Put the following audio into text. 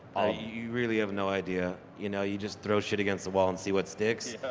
ah you really have no idea, you know, you just throw shit against the wall and see what sticks.